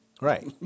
Right